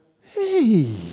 Hey